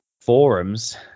forums